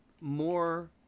more